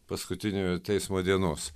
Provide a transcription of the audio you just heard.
paskutiniojo teismo dienos